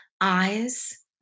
Eyes